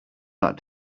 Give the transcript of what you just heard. that